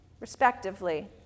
respectively